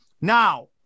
now